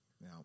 Now